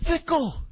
fickle